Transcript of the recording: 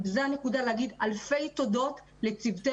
זה המקום להגיד אלפי תודות לצוותי